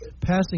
passing